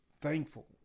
thankful